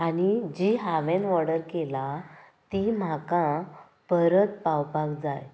आनी जी हांवेन वॉर्डर केला ती म्हाका परत पावपाक जाय